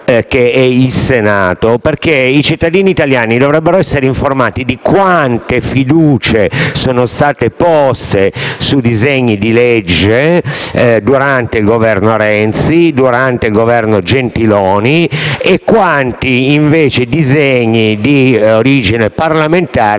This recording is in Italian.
che è il Senato. I cittadini italiani dovrebbero essere informati di quante fiducie sono state poste su disegni di legge durante il Governo Renzi e il Governo Gentiloni e quanti, invece, disegni di legge di origine parlamentare